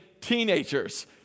teenagers